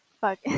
Fuck